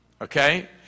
okay